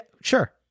sure